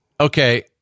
Okay